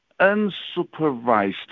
unsupervised